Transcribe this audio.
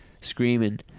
Screaming